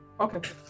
Okay